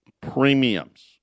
Premiums